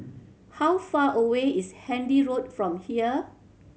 how far away is Handy Road from here